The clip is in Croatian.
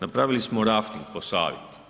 Napravili smo rafting po Savi.